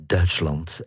Duitsland